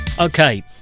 Okay